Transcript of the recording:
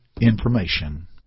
information